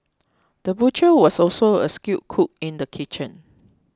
the butcher was also a skilled cook in the kitchen